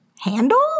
Handle